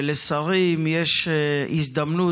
ולשרים יש הזדמנות,